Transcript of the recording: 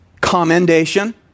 commendation